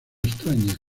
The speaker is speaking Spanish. extraña